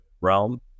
realm